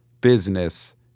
business